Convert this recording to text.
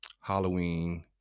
Halloween